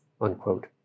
unquote